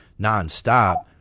nonstop